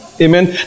Amen